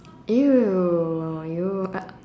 !eww! you uh uh